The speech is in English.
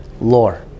Lore